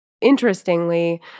interestingly